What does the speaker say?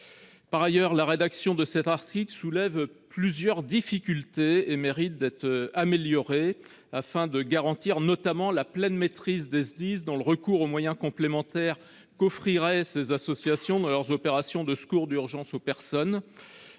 Par ailleurs, la rédaction de cet article soulève plusieurs difficultés et mérite d'être améliorée, afin de garantir notamment la pleine maîtrise des SDIS s'agissant du recours aux moyens complémentaires qu'offriraient ces associations dans leurs opérations de secours d'urgence aux personnes.